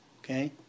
okay